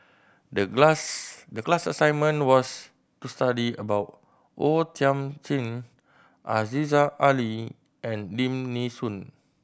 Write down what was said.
the class the class assignment was to study about O Thiam Chin Aziza Ali and Lim Nee Soon